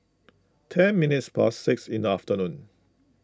ten minutes past six in the afternoon